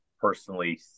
personally